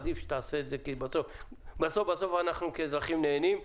עדיף שהיא תעשה את זה כי בסוף אנחנו האזרחים נהנים.